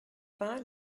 vingt